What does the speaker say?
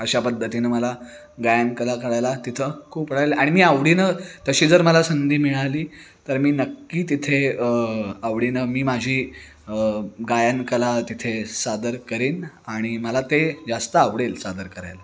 अशा पद्धतीनं मला गायनकला करायला तिथं खूप कळालेलं आणि मी आवडीनं तशी जर मला संधी मिळाली तर मी नक्की तिथे आवडीनं मी माझी गायनकला तिथे सादर करीन आणि मला ते जास्त आवडेल सादर करायला